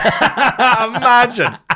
Imagine